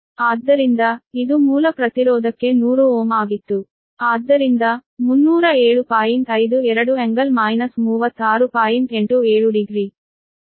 ಆದ್ದರಿಂದ ಇದು ಮೂಲ ಪ್ರತಿರೋಧಕ್ಕೆ 100Ω ಆಗಿತ್ತು